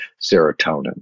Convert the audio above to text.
serotonin